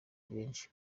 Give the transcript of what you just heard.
benshi